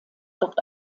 dort